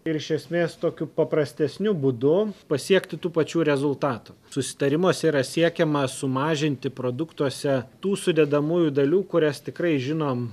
ir iš esmės tokiu paprastesniu būdu pasiekti tų pačių rezultatų susitarimuose yra siekiama sumažinti produktuose tų sudedamųjų dalių kurias tikrai žinom